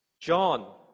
John